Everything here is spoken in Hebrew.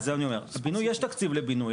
בינוי יש תקציב לבינוי,